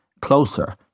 closer